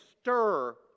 stir